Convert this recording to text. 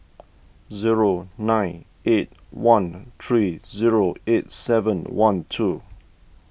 zero nine eight one three zero eight seven one two